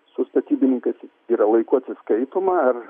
su statybininkais yra laiku atsiskaitoma ar